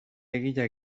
egile